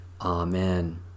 Amen